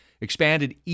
expanded